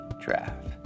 draft